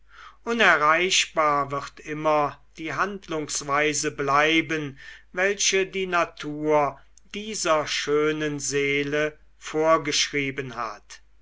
unerreichbar wird immer die handlungsweise bleiben welche die natur dieser schönen seele vorgeschrieben hat